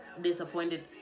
disappointed